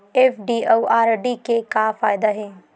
FD अउ RD के का फायदा हे?